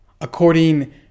according